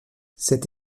cette